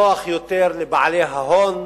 נוח יותר לבעלי ההון,